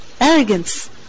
arrogance